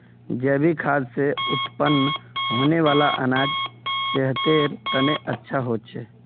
जैविक खाद से उत्पन्न होने वाला अनाज सेहतेर तने अच्छा होछे